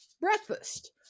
breakfast